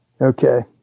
okay